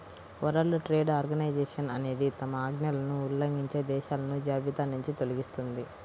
world trade organisation అనేది తమ ఆజ్ఞలను ఉల్లంఘించే దేశాలను జాబితానుంచి తొలగిస్తుంది